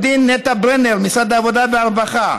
לעו"ד נטע ברנר ממשרד העבודה והרווחה,